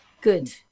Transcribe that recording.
Good